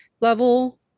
level